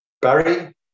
Barry